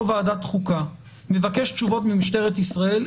ועדת החוקה מבקש תשובות ממשטרת ישראל,